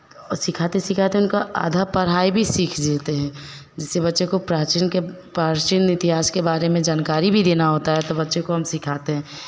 और सिखाते सिखाते उनका आधा पढ़ाई भी सीख जाते हैं जिससे बच्चे को प्राचीन के प्राचीन इतिहास के बारे में जानकारी भी देना होता है तो बच्चे को हम सिखाते हैं